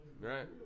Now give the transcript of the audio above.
Right